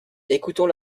écoutons